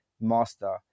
master